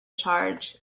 charge